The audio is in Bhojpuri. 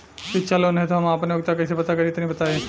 शिक्षा लोन हेतु हम आपन योग्यता कइसे पता करि तनि बताई?